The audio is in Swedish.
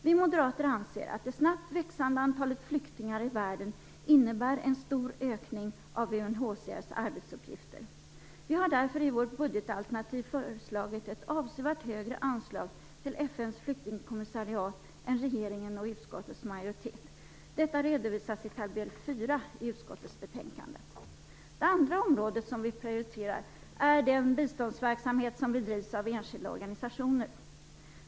Vi moderater anser att det snabbt växande antalet flyktingar i världen innebär en stor ökning av UNHCR:s arbetsuppgifter. Vi har därför i vårt budgetalternativ föreslagit ett avsevärt högre anslag till FN:s flyktingkommissariat än regeringen och utskottets majoritet. Detta redovisas i tabell 4 i utskottets betänkande. Det andra område vi vill prioritera är den biståndsverksamhet som bedrivs av enskilda organisationer.